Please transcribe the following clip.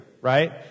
right